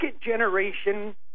generation